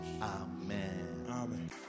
Amen